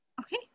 Okay